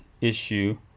issue